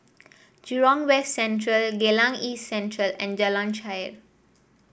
Jurong West Central Geylang East Central and Jalan Shaer